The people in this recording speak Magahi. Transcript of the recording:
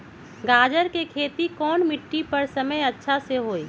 गाजर के खेती कौन मिट्टी पर समय अच्छा से होई?